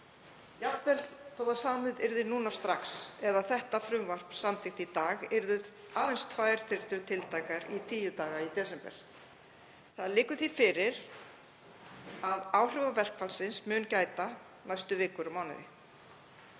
Jafnvel þótt samið yrði núna strax eða þetta frumvarp samþykkt í dag yrðu aðeins tvær þyrlur tiltækar í tíu daga í desember. Það liggur því fyrir að áhrifa verkfallsins mun gæta næstu vikur og mánuði.